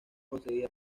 concedida